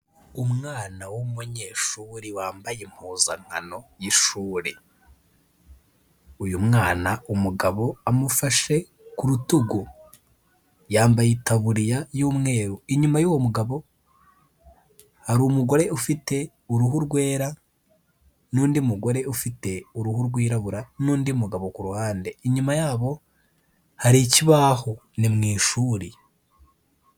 Umwana w'umunyeshuri wambaye impuzankano y'ishuri. Uyu mwana umugabo amufashe ku rutugu, yambaye itaburiya y'umweru, inyuma y'uwo mugabo hari umugore ufite uruhu rwera n'undi mugore ufite uruhu rwirabura n'undi mugabo ku ruhande, inyuma yabo hari ikibaho ni mu ishuri.